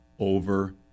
Over